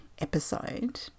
episode